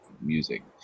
music